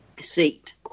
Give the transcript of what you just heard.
seat